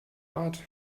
art